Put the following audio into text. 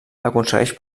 aconsegueix